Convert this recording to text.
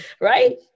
right